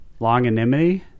Longanimity